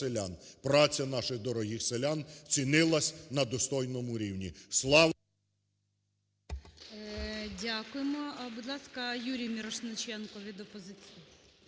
Дякую. Дякую